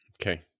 Okay